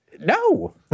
No